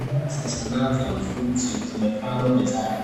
Bidhaa za sana za ufundi zimepangwa mezani